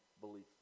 belief